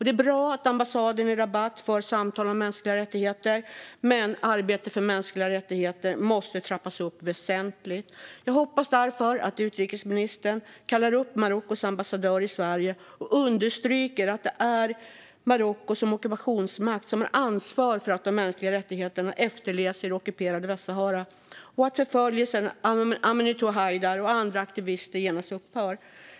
Det är bra att ambassaden i Rabat för samtal om mänskliga rättigheter, men arbetet för mänskliga rättigheter måste trappas upp väsentligt. Jag hoppas därför att utrikesministern kallar upp Marockos ambassadör i Sverige och understryker att det är Marocko som ockupationsmakt som har ansvar för att de mänskliga rättigheterna efterlevs i det ockuperade Västsahara och att förföljelsen av Aminatou Haidar och andra aktivister genast upphör.